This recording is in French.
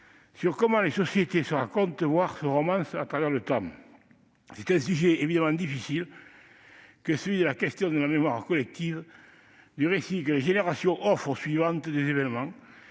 dont les sociétés se racontent, voire se romancent à travers le temps. C'est un sujet évidemment difficile que celui de la question de la mémoire collective, du récit des événements que les générations offrent aux suivantes, les faisant